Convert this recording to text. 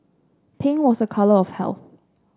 pink was a colour of health